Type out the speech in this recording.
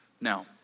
Now